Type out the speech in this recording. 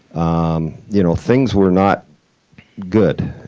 um you know things were not good.